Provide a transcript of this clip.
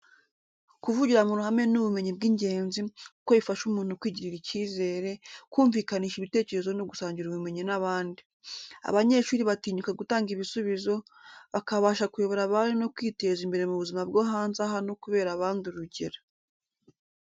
Kuvugira mu ruhame ni ubumenyi bw’ingenzi, kuko bifasha umuntu kwigirira icyizere, kumvikanisha ibitekerezo no gusangira ubumenyi n’abandi. Abanyeshuri batinyuka gutanga ibisubizo, bakabasha kuyobora abandi no kwiteza imbere mu buzima bwo hanze aha no kubera abandi urugero.